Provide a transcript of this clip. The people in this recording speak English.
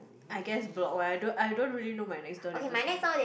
I guess block why I don't I don't really know my next door neighbours also